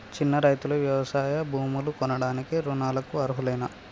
చిన్న రైతులు వ్యవసాయ భూములు కొనడానికి రుణాలకు అర్హులేనా?